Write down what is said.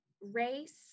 race